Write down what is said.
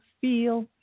feel